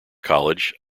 college